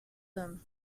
them